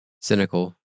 cynical